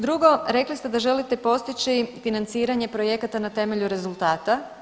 Drugo, rekli ste da želite postići financiranje projekata na temelju rezultata.